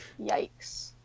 Yikes